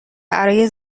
برای